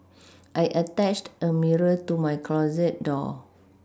I attached a mirror to my closet door